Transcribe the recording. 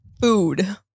food